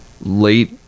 late